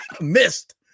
missed